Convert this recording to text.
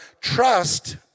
Trust